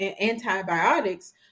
antibiotics